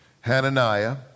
Hananiah